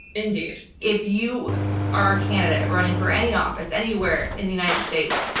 indeed. if you are a candidate running for any office anywhere in the united states,